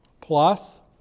plus